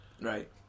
Right